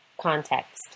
context